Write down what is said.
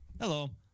Hello